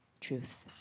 truth